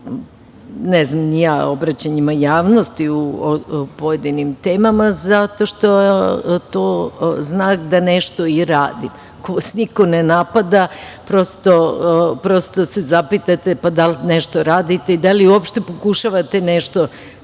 na svojim obraćanjima javnosti o pojedinim temama, zato što je to znak da nešto i radim. Ako vas niko ne napada, prosto se zapitate da li nešto i radite i da li uopšte pokušavate nešto da